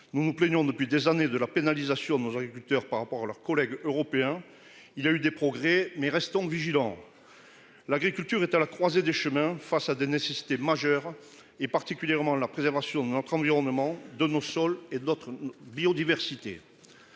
Nous nous plaignons depuis des années de la pénalisation nos agriculteurs par rapport à leurs collègues européens. Il y a eu des progrès mais restons vigilants. L'agriculture est à la croisée des chemins. Face à des nécessités majeur et particulièrement la préservation de notre environnement de nos sols et d'autres biodiversité.